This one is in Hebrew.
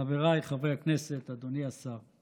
חבריי חברי הכנסת ואדוני השר,